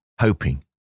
hoping